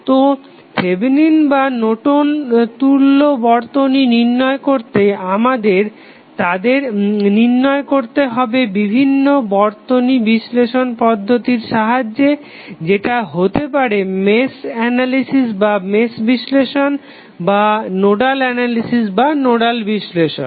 তো থেভেনিন বা নর্টন তুল্য Thevenin or Nortons equivalent বর্তনী নির্ণয় করতে আমাদের তাদের নির্ণয় করতে হবে বিভিন্ন বর্তনী বিশ্লেষণ পদ্ধতির সাহায্যে সেটা হতে পারে মেশ বিশ্লেষণ বা নোডাল বিশ্লেষণ